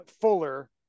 Fuller